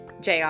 JR